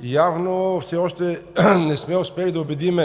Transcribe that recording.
Явно все още не сме успели да убедим